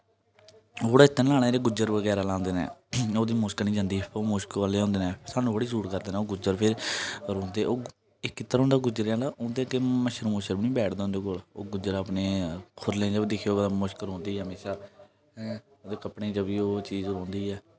ओह् इत्र नेईं लाना जेह्ड़ा गुज्जर बगैरा लांदे न ओह्दी मुश्क नेईं जंदी ओह् मुश्क आह्ले होंदे न सानूं थोह्ड़ी सूट करदे न ओह् गुज्जर फिर रौंह्दे ओह् इक इत्र होंदा गुज्जरें आह्ला उं'दे अग्गें मच्छर बी नेईं बैठदा उं'दे कोल ओह् गुजर अपने खुरलें च बी दिक्खेओ भला मुश्क रौंह्दी ऐ म्हेशां ओह्दे कपड़े च बी ओह् चीज रौंह्दी ऐ